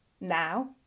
Now